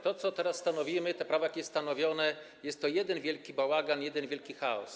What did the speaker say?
To, co teraz stanowimy, to prawo, jakie jest stanowione, jest to jeden wielki bałagan, jeden wielki chaos.